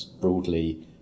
broadly